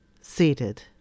seated